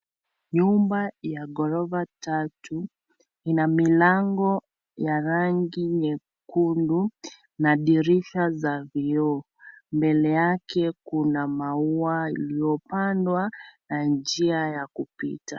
Nyumba ya ghorofa tatu. Ina milango ya rangi nyekundu na dirisha za vioo. Mbele yake, kuna maua iliyopandwa na njia ya kupita.